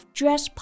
dress